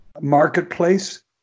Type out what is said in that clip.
marketplace